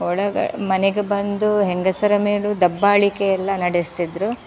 ಒಳಗ ಮನೆಗೆ ಬಂದು ಹೆಂಗಸರ ಮೇಲು ದಬ್ಬಾಳಿಕೆಯೆಲ್ಲ ನಡೆಸ್ತಿದ್ರು